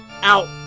out